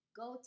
go